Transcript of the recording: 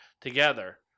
together